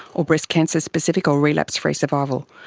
or breast cancer specific or relapse-free survival.